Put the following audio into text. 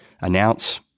announce